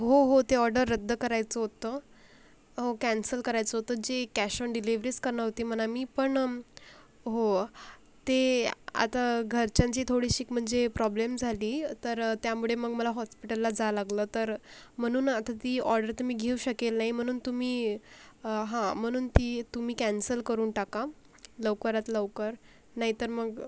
हो हो ते ऑडर रद्द करायचं होतं हो कॅन्सल करायचं होतं जे कॅश ऑन डिलेवरीच करणार होती म्हणा मी पण हो ते आता घरच्यांची थोडीशीच म्हणजे प्रॉब्लेम झाली तर त्यामुळे मग मला हॉस्पिटलला जावं लागलं तर म्हणून आता ती ऑर्डर तर मी घेऊ शकेल नाही म्हणून तुम्ही हां म्हणून ती तुमी कॅन्सल करून टाका लवकरात लवकर नाहीतर मग